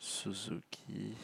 Suzuki.